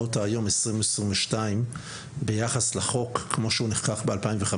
אותה היום ב-2022 ביחס לחוק כמו שהוא נחקק ב-2015?